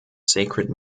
sacred